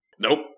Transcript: Nope